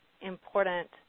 important